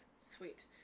Sweet